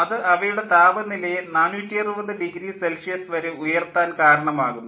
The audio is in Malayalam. അത് അവയുടെ താപനിലയെ 460 ഡിഗ്രി സെൽഷ്യസ് വരെ ഉയർത്താൻ കാരണമാകുന്നു